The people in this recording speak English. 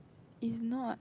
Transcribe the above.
is not